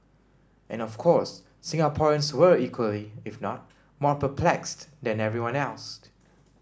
and of course Singaporeans were equally if not more perplexed than everyone else